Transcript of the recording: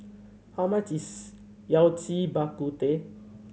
how much is Yao Cai Bak Kut Teh